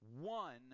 one